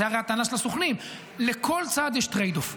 וזו הרי הטענה של הסוכנים: לכל צד יש טרייד-אוף,